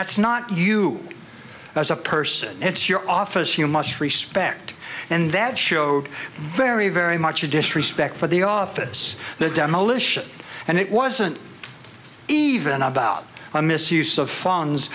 that's not you as a person it's your office you must respect and that showed very very much disrespect for the office the demolition and it wasn't even about a misuse of